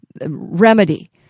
remedy